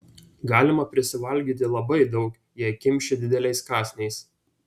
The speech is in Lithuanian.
galima prisivalgyti labai daug jei kimši dideliais kąsniais